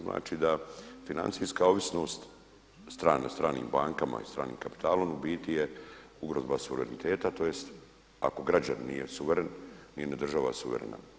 Znači da financijska ovisnost o stranim bankama i stranim kapitalom u biti je ugrozba suvereniteta tj. ako građanin nije suveren nije ni država suverena.